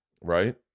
Right